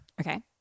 Okay